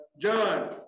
John